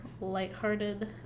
lighthearted